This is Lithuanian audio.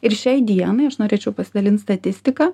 ir šiai dienai aš norėčiau pasidalint statistika